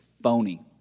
phony